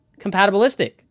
compatibilistic